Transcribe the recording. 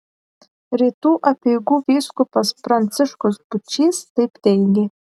rytų apeigų vyskupas pranciškus būčys taip teigė